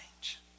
change